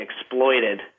exploited